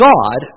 God